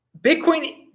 Bitcoin